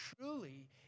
truly